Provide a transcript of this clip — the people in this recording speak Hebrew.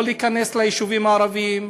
לא להיכנס ליישובים הערביים,